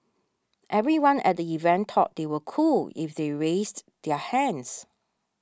everyone at the event thought they were cool if they raised their hands